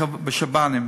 בשב"נים,